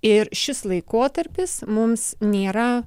ir šis laikotarpis mums nėra